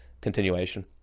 continuation